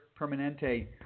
Permanente